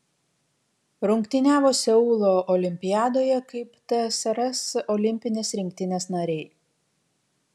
rungtyniavo seulo olimpiadoje kaip tsrs olimpinės rinktinės nariai